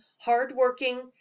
hard-working